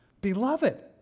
Beloved